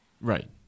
Right